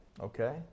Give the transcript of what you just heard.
Okay